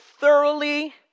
thoroughly